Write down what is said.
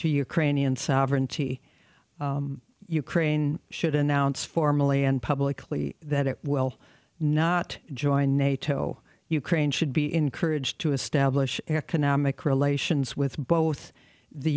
ukrainian sovereignty ukraine should announce formally and publicly that it will not join nato ukraine should be encouraged to establish economic relations with both the